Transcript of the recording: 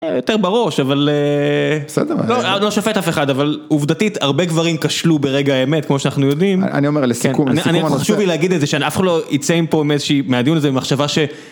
יותר בראש אבל לא שופט אף אחד אבל עובדתית הרבה גברים כשלו ברגע האמת כמו שאנחנו יודעים אני אומר לסיכום אני חשוב לי להגיד את זה שאף אחד לא ייצא מהדיון הזה במחשבה ש...